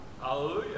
Hallelujah